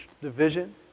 division